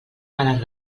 males